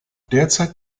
derzeit